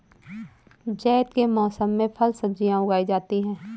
ज़ैद के मौसम में फल सब्ज़ियाँ उगाई जाती हैं